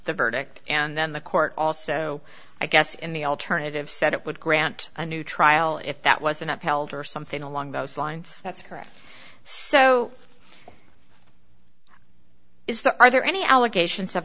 the verdict and then the court also i guess in the alternative said it would grant a new trial if that wasn't held or something along those lines that's correct so is that are there any allegations of